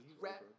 rap